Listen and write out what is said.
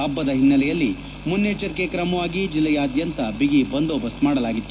ಹಬ್ಬದ ಹಿನ್ನೆಲೆಯಲ್ಲಿ ಮುನ್ನೆಚ್ಚರಿಕೆ ಕ್ರಮವಾಗಿ ಜಿಲ್ಲೆಯಾದ್ದಂತ ಬಗಿಬಂದೋಬಸ್ತ್ ಮಾಡಲಾಗಿತ್ತು